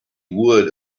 wood